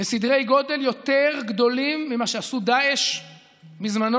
בסדרי גודל יותר גדולים ממה שעשו דאעש בזמנו,